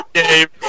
game